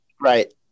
right